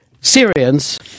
Syrians